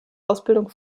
ausbildung